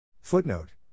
Footnote